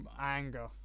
anger